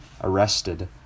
arrested